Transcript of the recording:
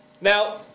Now